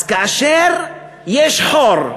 אז כאשר יש חור,